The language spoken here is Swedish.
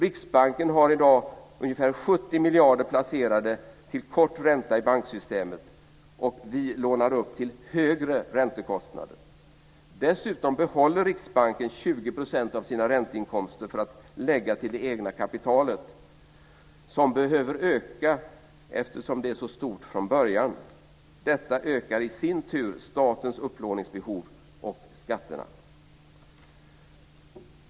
Riksbanken har i dag ungefär 70 miljarder placerade till kort ränta i banksystemet, och vi lånar upp till högre räntekostnader. Dessutom behåller Riksbanken 20 % av sina ränteinkomster för att lägga till det egna kapitalet, som behöver öka eftersom det är så stort från början. Detta ökar i sin tur statens upplåningsbehov och skatterna."